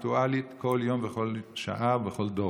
חודש סיוון, ונאמר בתורה: